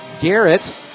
Garrett